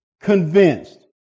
convinced